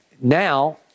now